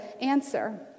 answer